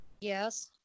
Yes